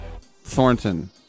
Thornton